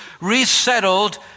resettled